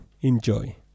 Enjoy